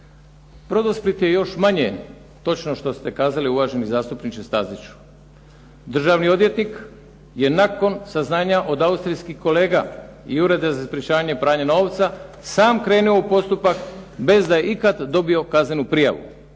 "Brodosplit" je još manje točno što ste kazali uvaženi zastupniče Staziću, državni odvjetnik je nakon saznanja od austrijskih kolega i Ureda za sprječavanje pranja novca sam krenuo u postupak bez da je ikad dobio kaznenu prijavu.